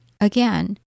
Again